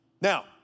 Now